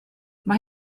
mae